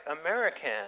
American